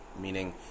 meaning